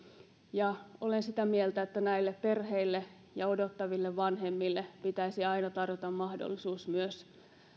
ja olen sitä mieltä että näille perheille ja odottaville vanhemmille pitäisi aina tarjota mahdollisuus myös